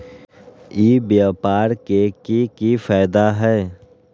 ई व्यापार के की की फायदा है?